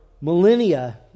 millennia